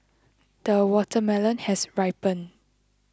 the watermelon has ripened